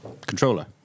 controller